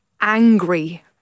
angry